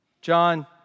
John